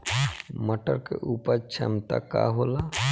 मटर के उपज क्षमता का होला?